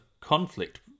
conflict